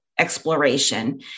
exploration